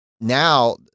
now